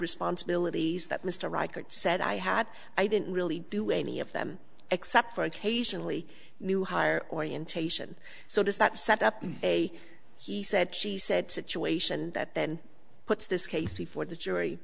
responsibilities that mr reichard said i had i didn't really do any of them except for occasionally new hire orientation so does that set up a he said she said situation that then puts this case before the jury